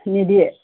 নিদিয়ে